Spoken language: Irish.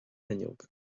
fhuinneog